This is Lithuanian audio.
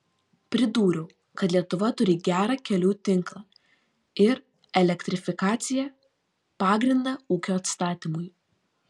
pridūriau kad lietuva turi gerą kelių tinklą ir elektrifikaciją pagrindą ūkio atstatymui